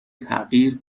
تغییر